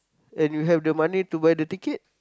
and you have the money to buy the ticket